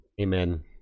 Amen